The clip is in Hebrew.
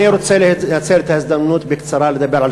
אני רוצה לנצל את ההזדמנות ולדבר בקצרה על